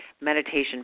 meditation